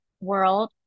world